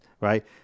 right